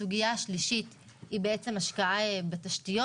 הסוגיה השלישית היא השקעה בתשתיות.